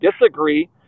disagree